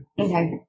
Okay